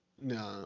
No